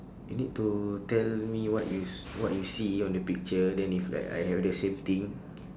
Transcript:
you need to tell me what you s~ what you see on your picture then if like I have the same thing